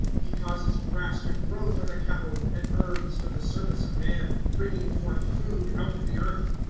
he causes grass to grow for the cattle, and herbs for the service of man, bringing forth food out of the earth.